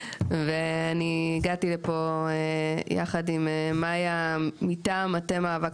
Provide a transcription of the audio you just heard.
הגעתי לפה ביחד עם מאיה מטעם מטה מאבק